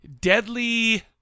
Deadly